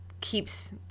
keeps